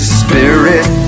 spirit